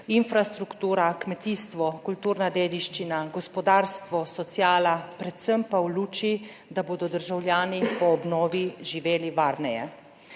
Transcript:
infrastrukturo, kmetijstvo, kulturno dediščino, gospodarstvo, socialo, predvsem pa v luči tega, da bodo državljani po obnovi živeli varneje.